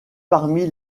parmi